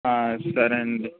సరే అండి